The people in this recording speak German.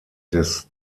des